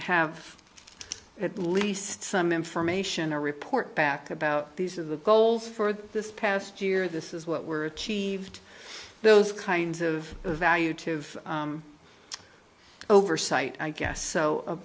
have at least some information or report back about these of the goals for this past year this is what we're cheve those kinds of value to of oversight i guess so